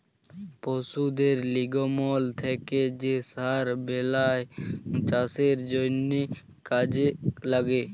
পশুদের লির্গমল থ্যাকে যে সার বেলায় চাষের জ্যনহে কাজে ল্যাগে